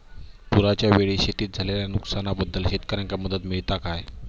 पुराच्यायेळी शेतीत झालेल्या नुकसनाबद्दल शेतकऱ्यांका मदत मिळता काय?